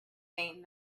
saying